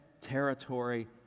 territory